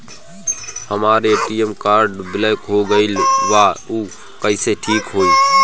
हमर ATM card block हो गईल बा ऊ कईसे ठिक होई?